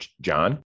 John